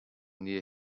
near